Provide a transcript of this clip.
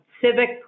civic